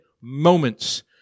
moments